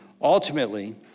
Ultimately